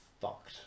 fucked